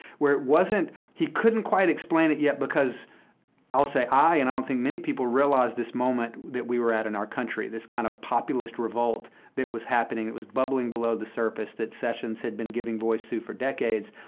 where it wasn't he couldn't quite explain it yet, because i would say, i, and i don't think many people realized this moment that we were at in our country, this kind of populist revolt that was happening, that was bubbling below the surface, that sessions had been giving voice to for decades.